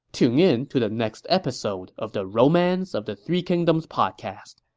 tune in to the next episode of the romance of the three kingdoms podcast.